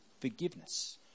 forgiveness